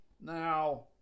Now